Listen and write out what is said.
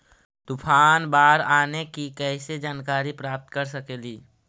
तूफान, बाढ़ आने की कैसे जानकारी प्राप्त कर सकेली?